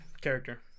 character